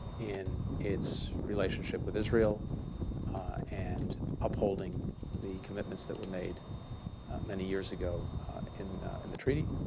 in its relationship with israel and upholding the commitments that were made many years ago in and the treaty.